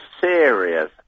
serious